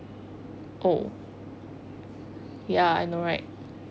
oh ya I know right